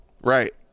Right